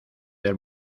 del